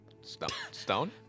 stone